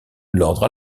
l’ordre